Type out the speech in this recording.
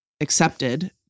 accepted